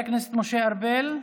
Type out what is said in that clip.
סעיפים 1 4 נתקבלו.